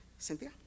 Cynthia